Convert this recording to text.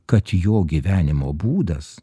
kad jo gyvenimo būdas